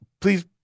please